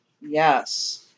yes